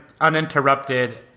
uninterrupted